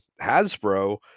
hasbro